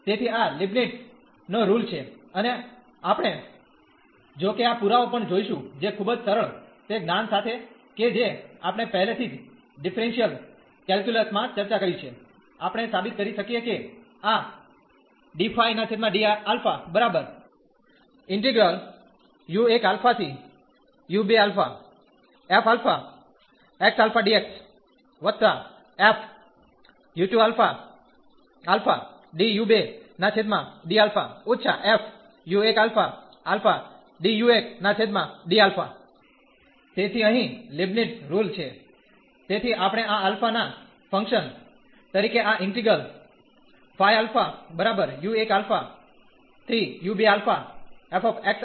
તેથી આ લિબનીટ્ઝ નો રુલ છે અને આપણે જો કે આ પુરાવો પણ જોઈશું જે ખૂબ જ સરળ તે જ્ઞાન સાથે કે જે આપણે પહેલાથી જ ડિફરેન્શીયલ કેલ્ક્યુલસ માં ચર્ચા કરી છે આપણે સાબિત કરી શકીએ કે આ તેથી અહીં લીબનીત્ઝ રુલ છે તેથી આપણે આ અલ્ફા ના ફંકશન તરીકે આ ઈન્ટિગ્રલ ને તપાસીએ છીએ